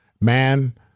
Man